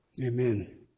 Amen